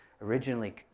originally